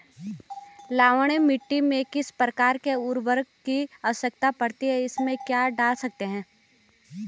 लवणीय मिट्टी में किस प्रकार के उर्वरक की आवश्यकता पड़ती है इसमें क्या डाल सकते हैं?